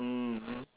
mm